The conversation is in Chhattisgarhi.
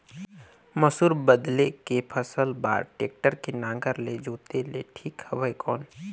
मसूर बदले के फसल बार टेक्टर के नागर ले जोते ले ठीक हवय कौन?